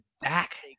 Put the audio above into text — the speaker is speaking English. back